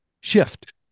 shift